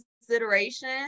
consideration